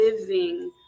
living